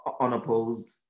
unopposed